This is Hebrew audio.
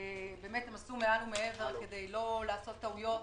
הם עשו מעל ומעבר כדי לא לעשות טעויות